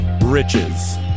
Riches